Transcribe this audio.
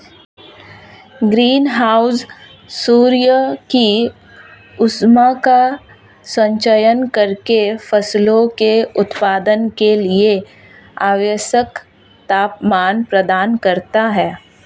green house सूर्य की ऊष्मा का संचयन करके फसलों के उत्पादन के लिए आवश्यक तापमान प्रदान करता है